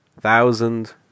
thousand